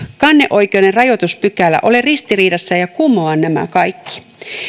kanneoikeuden rajoituspykälä ole ristiriidassa ja kumoa nämä kaikki